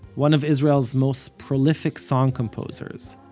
one of israel's most prolific song composers,